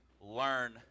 learn